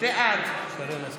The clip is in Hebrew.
בעד שרן מרים